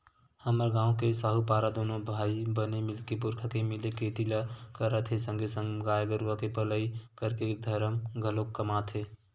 हमर गांव के साहूपारा दूनो भाई बने मिलके पुरखा के मिले खेती ल करत हे संगे संग गाय गरुवा के पलई करके धरम घलोक कमात हे